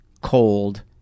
cold